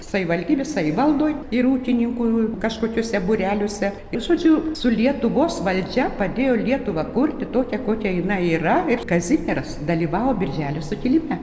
savivaldybės savivaldoj ir ūkininkų kažkokiuose būreliuose ir žodžiu su lietuvos valdžia padėjo lietuvą kurti tokią kokią jinai yra ir kazimieras dalyvavo birželio sukilime